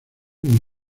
muy